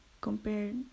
compared